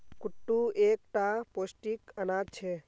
कुट्टू एक टा पौष्टिक अनाज छे